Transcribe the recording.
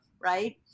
right